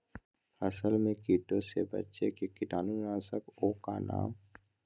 फसल में कीटों से बचे के कीटाणु नाशक ओं का नाम?